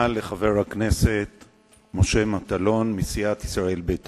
בספורט, וזאת נעשה באמצעות